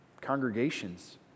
congregations